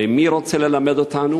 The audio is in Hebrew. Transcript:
ומי רוצה ללמד אותנו